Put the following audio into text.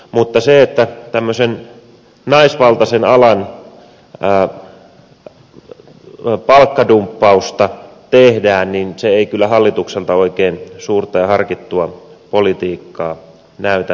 mutta se että tämmöisen naisvaltaisen alan palkkadumppausta tehdään ei kyllä hallitukselta oikein suurta ja harkittua politiikkaa näytä olevan